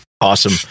Awesome